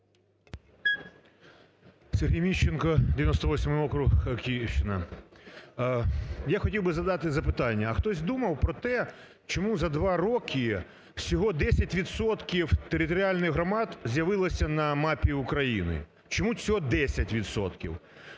Сергій Міщенко, 98 округ Київщина. Я хотів би задати запитання. А хтось думав про те, чому за два роки всього 10 відсотків територіальних громад з'явилося на мапі України? Чому всього 10